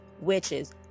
witches